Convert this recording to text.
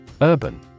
Urban